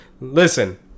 Listen